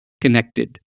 connected